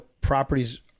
properties